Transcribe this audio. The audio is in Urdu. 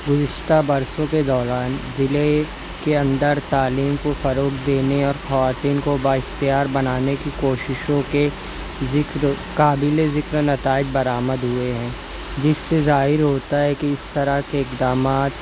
گزشتہ برسوں کے دوران ضلعے کے اندر تعلیم کو فروغ دینے اور خواتین کو بااختیار بنانے کی کوششوں کے ذکر قابل ذکر نتائج برآمد ہوئے ہیں جس سے ظاہر ہوتا ہے کہ اس طرح کے اقدامات